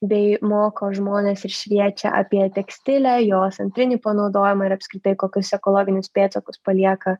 bei moko žmones ir šviečia apie tekstilę jos antrinį panaudojimą ir apskritai kokius ekologinius pėdsakus palieka